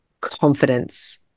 confidence